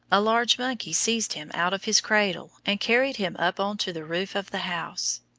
a large monkey seized him out of his cradle and carried him up on to the roof of the house.